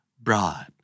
Broad